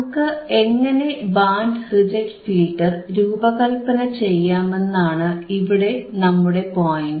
നമുക്ക് എങ്ങനെ band reject filter രൂപകല്പന ചെയ്യാമെന്നാണ് ഇവിടെ നമ്മുടെ പോയിന്റ്